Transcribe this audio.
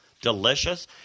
Delicious